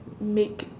make